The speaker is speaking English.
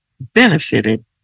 benefited